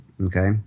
okay